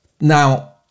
now